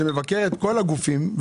שמבקר את כל הגופים,